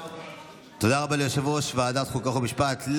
תודה רבה ליושב-ראש ועדת החוקה, חוק ומשפט.